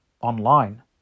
online